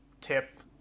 tip